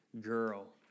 girl